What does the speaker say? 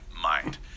mind